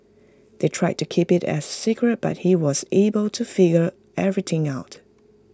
they tried to keep IT as secret but he was able to figure everything out